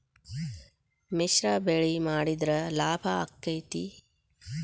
ಮಿಶ್ರ ಬೆಳಿ ಮಾಡಿದ್ರ ಲಾಭ ಆಕ್ಕೆತಿ?